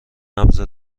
نبض